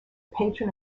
patron